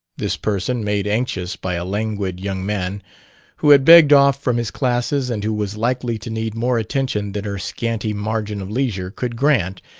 this person, made anxious by a languid young man who had begged off from his classes and who was likely to need more attention than her scanty margin of leisure could grant,